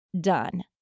done